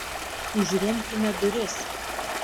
užremkime duris